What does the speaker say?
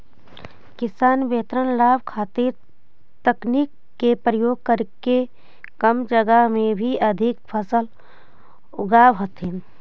किसान बेहतर लाभ खातीर तकनीक के प्रयोग करके कम जगह में भी अधिक फसल उगाब हथिन